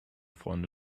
freunde